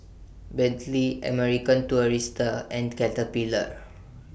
Bentley American Tourister and Caterpillar